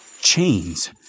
Chains